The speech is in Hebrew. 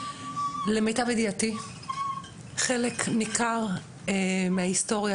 למיטב ידיעתי חלק ניכר מההיסטוריה,